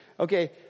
Okay